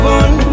one